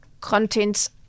contents